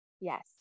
Yes